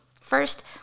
First